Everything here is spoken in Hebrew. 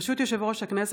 ברשות יושב-ראש הכנסת,